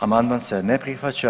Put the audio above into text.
Amandman se ne prihvaća.